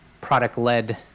product-led